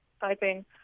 typing